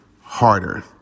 Harder